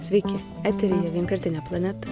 sveiki eteryje vienkartinė planeta